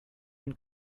been